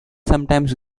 sometimes